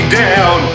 down